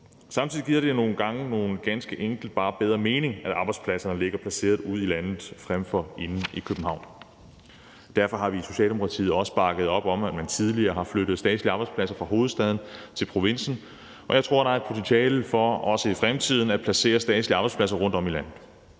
Samtidig giver det nogle gange ganske enkelt bedre mening, at arbejdspladser ligger placeret ude i landet frem for inde i København. Derfor har vi i Socialdemokratiet også bakket op om, at man tidligere har flyttet statslige arbejdspladser fra hovedstaden til provinsen, og jeg tror, der er et potentiale i også i fremtiden at placere statslige arbejdspladser rundtom i landet.